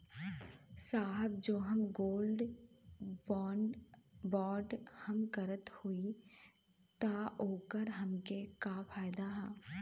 साहब जो हम गोल्ड बोंड हम करत हई त ओकर हमके का फायदा ह?